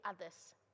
others